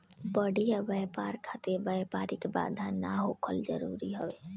बढ़िया व्यापार खातिर व्यापारिक बाधा ना होखल जरुरी हवे